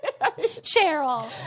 cheryl